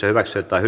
asia